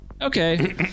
Okay